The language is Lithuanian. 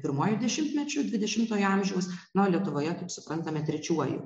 pirmuoju dešimtmečiu dvidešimtojo amžiaus na o lietuvoje kaip suprantame trečiuoju